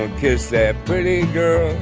ah kiss that pretty girl